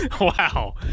Wow